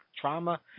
trauma